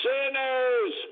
Sinners